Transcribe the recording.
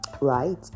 right